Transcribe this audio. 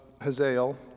Hazael